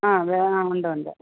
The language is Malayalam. അത് ആ ഉണ്ട് ഉണ്ട്